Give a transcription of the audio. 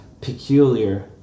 peculiar